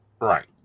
Right